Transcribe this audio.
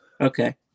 Okay